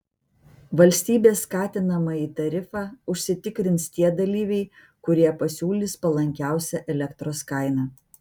valstybės skatinamąjį tarifą užsitikrins tie dalyviai kurie pasiūlys palankiausią elektros kainą